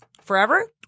forever